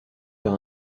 par